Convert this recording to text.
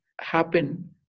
happen